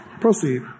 Proceed